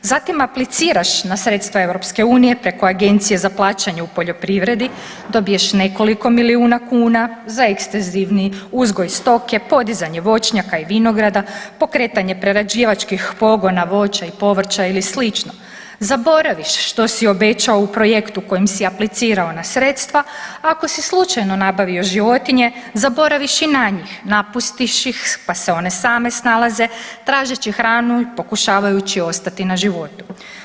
Zatim apliciraš na sredstva EU preko Agencije za plaćanje u poljoprivredi, dobiješ nekoliko milijuna kuna za ekstezivniji uzgoj stoke, podizanje voćnjaka i vinograda, pokretanje prerađivačkih pogona voća i povrća ili slično, zaboraviš što si obećao u projektu kojim si aplicirao na sredstva, ako si slučajno nabavio životinje, zaboraviš i na njih, napustiš ih, pa se one same snalaze tražeći hranu i pokušavajući ostati na životu.